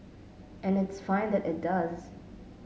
and it's fine that it does